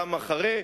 גם אחרי,